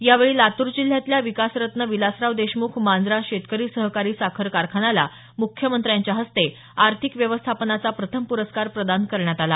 यावेळी लातूर जिल्ह्यातल्या विकासरत्न विलासराव देशमुख मांजरा शेतकरी सहकारी साखर कारखान्याला मुख्यमंत्र्यांच्या हस्ते आर्थिक व्यवस्थापनाचा प्रथम पुरस्कार प्रदान करण्यात आला